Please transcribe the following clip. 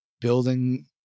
building